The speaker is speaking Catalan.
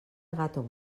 gàtova